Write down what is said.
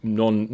non